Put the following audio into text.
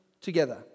together